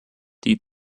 die